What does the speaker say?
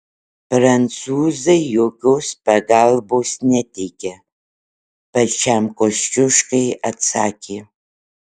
prancūzai jokios pagalbos neteikia pačiam kosciuškai atsakė